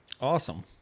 Awesome